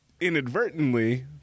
inadvertently